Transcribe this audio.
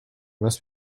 must